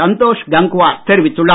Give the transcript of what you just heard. சந்தோஷ் கங்வார் தெரிவித்துள்ளார்